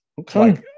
Okay